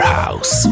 house